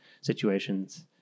situations